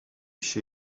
she